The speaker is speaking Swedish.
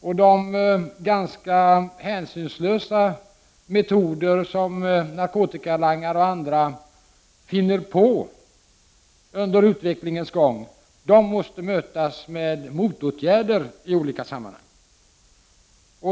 Och de ganska hänsynslösa metoder som narkotikalangare och andra finner under utvecklingens gång måste mötas med motåtgärder i olika sammanhang.